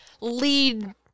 lead